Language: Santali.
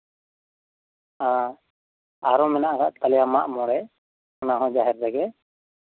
ᱟ ᱟᱨᱚ ᱢᱮᱱᱟᱜ ᱠᱟᱜ ᱛᱟᱞᱮᱭᱟ ᱢᱟᱜ ᱢᱚᱬᱮ ᱚᱱᱟᱦᱚᱸ ᱡᱟᱸᱦᱮᱨ ᱨᱮᱜᱮ